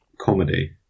comedy